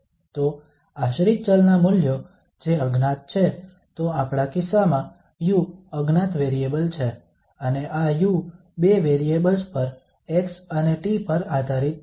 તો આશ્રિત ચલ ના મૂલ્યો જે અજ્ઞાત છે તો આપણા કિસ્સામાં u અજ્ઞાત વેરિયેબલ છે અને આ u બે વેરિયેબલ્સ પર x અને t પર આધારિત છે